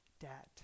debt